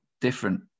different